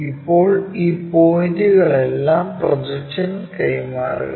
ഇപ്പോൾ ഈ പോയിന്റുകളെല്ലാം പ്രൊജക്ഷൻ കൈമാറുക